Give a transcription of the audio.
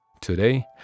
Today